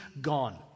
gone